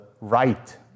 right